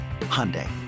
Hyundai